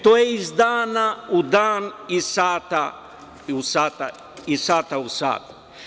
To je iz dana u dana, iz sata u sat.